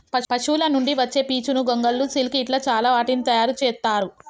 పశువుల నుండి వచ్చే పీచును గొంగళ్ళు సిల్క్ ఇట్లా చాల వాటిని తయారు చెత్తారు